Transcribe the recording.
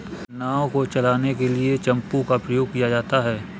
नाव को चलाने के लिए चप्पू का प्रयोग किया जाता है